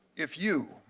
if you,